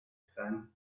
sun